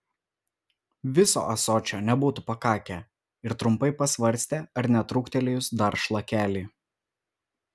viso ąsočio nebūtų pakakę ir trumpai pasvarstė ar netrūktelėjus dar šlakelį